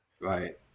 Right